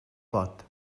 pot